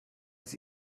sie